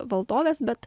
valdoves bet